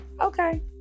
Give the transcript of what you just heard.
Okay